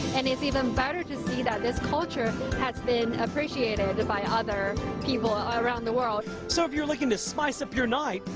and it's even better to see that this culture has been appreciated by other people ah around the world. so if you're looking to spice up your night,